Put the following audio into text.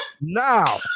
Now